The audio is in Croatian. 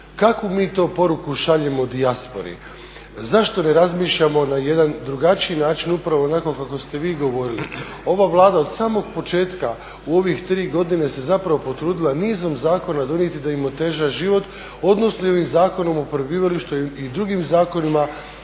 Kakvu mi to poruku šaljemo dijaspori? Zašto ne razmišljamo na jedan drugačiji način upravo onako kako ste vi govorili. Ova Vlada od samog početka u ovih tri godine se zapravo potrudila nizom zakona donijeti da im oteža život, odnosno i ovim Zakonom o prebivalištu i drugim zakonima